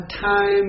time